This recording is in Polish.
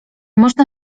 można